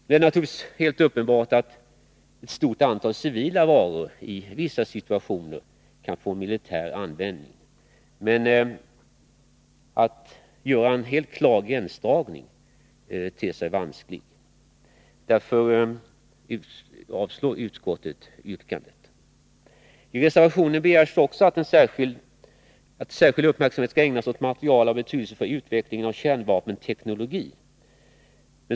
Det är naturligtvis helt uppenbart att ett stort antal civila varor i vissa situationer kan få en militär användning. En klar gränsdragning är vansklig att göra. Yrkandet har därför avstyrkts. I reservationen begärs också att särskild uppmärksamhet skall ägnas åt materiel av betydelse för utvecklingen av kärnvapenteknologi.